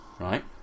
Right